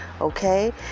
okay